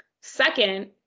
Second